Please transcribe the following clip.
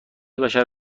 بشر